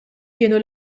kienu